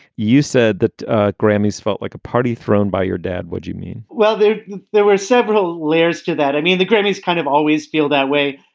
you said that grammy's felt like a party thrown by your dad. would you mean? well, there there were several layers to that. i mean, the grammys kind of always feel that way.